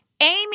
Amy